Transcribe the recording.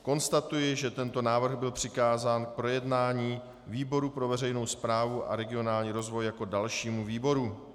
Konstatuji, že tento návrh byl přikázán k projednání výboru pro veřejnou správu a regionální rozvoj jako dalšímu výboru.